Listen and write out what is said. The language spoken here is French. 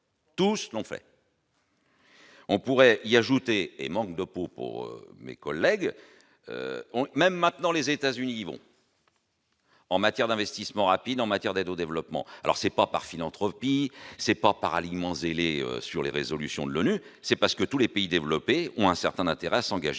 Tout ce l'on fait. On pourrait y ajouter et manque de pot pour mes collègues ont même maintenant, les États-Unis vont. En matière d'investissement rapide en matière d'aide au développement, alors c'est pas par philanthropie c'est pas par alignement zélé sur les résolutions de l'ONU, c'est parce que tous les pays développés ont un certain intérêt à s'engager